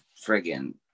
friggin